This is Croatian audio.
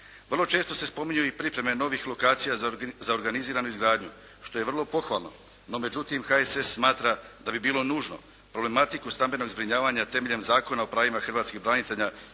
Vrlo često se spominju i pripreme novih lokacija za organiziranu izgradnju, što je vrlo pohvalno. No međutim, HSS smatra da bi bilo nužno problematiku stambenog zbrinjavanja temeljem Zakona o pravima hrvatskih branitelja